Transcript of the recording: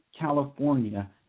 california